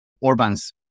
Orban's